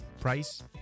price